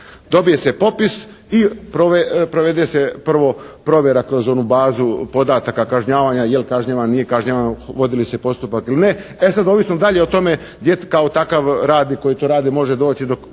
Dobije se popis i provede se prvo provjera kroz onu bazu podataka kažnjavanja, je li kažnjavan, nije kažnjavan, vodi li se postupak ili ne? E, sad ovisno dalje o tome gdje se takav radnik, koji to radi može doći u